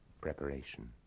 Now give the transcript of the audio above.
Preparation